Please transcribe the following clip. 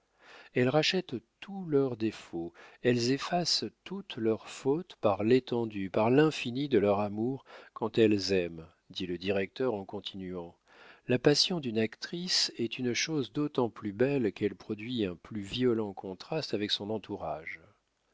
elles rachètent tous leurs défauts elles effacent toutes leurs fautes par l'étendue par l'infini de leur amour quand elles aiment dit le directeur en continuant la passion d'une actrice est une chose d'autant plus belle qu'elle produit un plus violent contraste avec son entourage